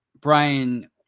Brian